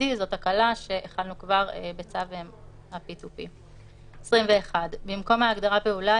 ה-OECD;"; זאת הקלה שהחלנו כבר בצו ה PTP. במקום ההגדרה "פעולה",